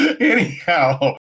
Anyhow